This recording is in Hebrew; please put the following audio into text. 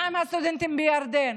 מה עם הסטודנטים בירדן?